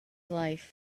life